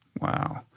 wow.